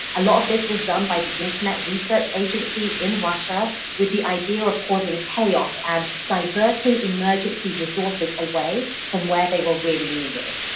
a lot of this was done by the internet research agency in russia with the idea of causing chaos and diverting emergency resources away from where they were really needed.